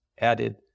added